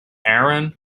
aaron